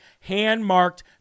hand-marked